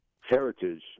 heritage